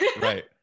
right